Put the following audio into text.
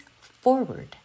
forward